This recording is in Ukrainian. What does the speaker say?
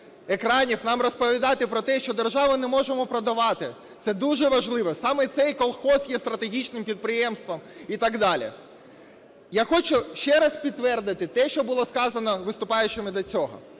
нам розповідати про те, що державу не можемо продавати, це дуже важливо, саме цей колгосп є стратегічним підприємством і так далі. Я хочу ще раз підтвердити те, що було сказано виступаючими до цього.